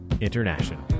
International